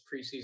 preseason